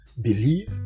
believe